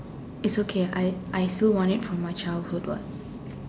it's okay I I still want it for my childhood what